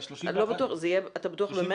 אתה בטוח שזה מרס?